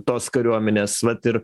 tos kariuomenės vat ir